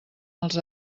els